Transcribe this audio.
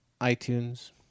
iTunes